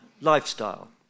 lifestyle